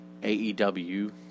AEW